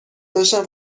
داشتم